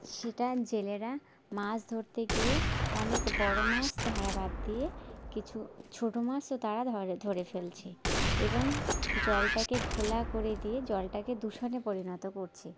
সেটা জেলেরা মাছ ধরতে গিয়ে অনেক বড় মাছ ধরা বাদ দিয়ে কিছু ছোট মাছও তারা ধরে ফেলছে এবং জলটাকে ঘোলা করে দিয়ে জলটাকে দূষণে পরিণত করছে